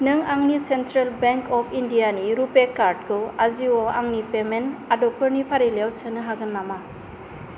नों आंनि central bank of India नि रुपे कार्डखौ आजिय'आव आंनि पेमेन्ट आदबफोरनि फारिलाइयाव सोनो हागोन नामा